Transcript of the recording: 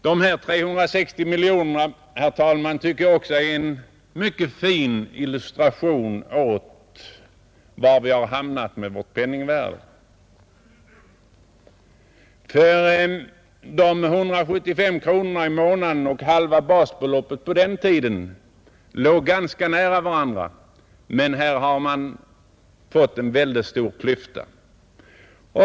De 360 miljoner kronorna, herr talman, tycker jag också är en mycket fin illustration av var vi har hamnat med vårt penningvärde, De 175 kronorna i månaden och halva basbeloppet låg på den tiden ganska nära varandra, men nu har det uppstått en väldigt stor klyfta.